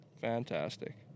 fantastic